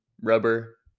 rubber